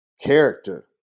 character